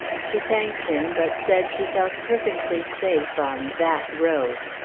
she thanked him, but said she felt perfectly safe on that road.